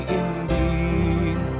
indeed